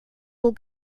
will